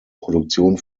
produktion